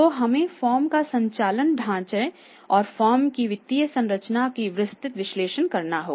तो हमें फर्म के संचालन ढांचे और फर्म की वित्तीय संरचना का विस्तृत विश्लेषण करना होगा